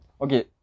okay